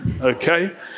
okay